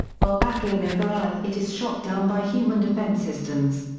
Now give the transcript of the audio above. while battling over earth it is shot down by human defense systems.